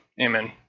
amen